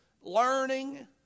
learning